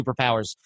superpowers